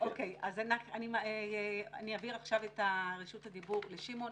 אוקיי, אז אני אעביר עכשיו את רשות הדיבור לשמעון.